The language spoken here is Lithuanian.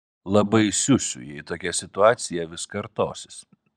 labai siusiu jei tokia situacija vis kartosis